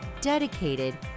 dedicated